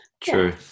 True